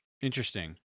Interesting